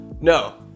no